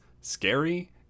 scary